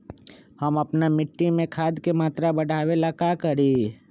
हम अपना मिट्टी में खाद के मात्रा बढ़ा वे ला का करी?